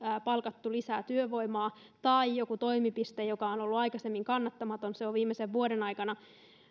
palkattu lisää työvoimaa tai niin että joku toimipiste joka on ollut aikaisemmin kannattamaton on viimeisen vuoden aikana